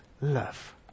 love